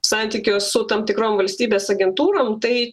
santykių su tam tikrom valstybės agentūrom tai